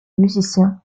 musicien